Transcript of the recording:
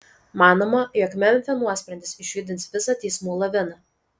manoma jog memfio nuosprendis išjudins visą teismų laviną